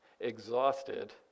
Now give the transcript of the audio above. exhausted